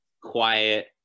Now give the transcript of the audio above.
quiet